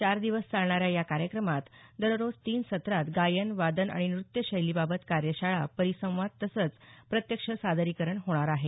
चार दिवस चालणाऱ्या या कार्यक्रमात दररोज तीन सत्रात गायन वादन आणि नृत्यशैलीबाबत कार्यशाळा परिसंवाद तसंच प्रत्यक्ष सादरीकरण होणार आहे